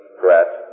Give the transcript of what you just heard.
threat